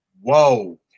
whoa